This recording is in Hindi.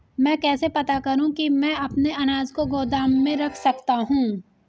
मैं कैसे पता करूँ कि मैं अपने अनाज को गोदाम में रख सकता हूँ?